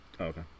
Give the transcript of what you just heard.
Okay